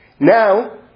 Now